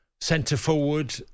centre-forward